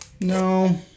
No